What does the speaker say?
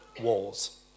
walls